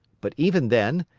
but even then,